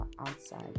outside